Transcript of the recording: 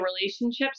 relationships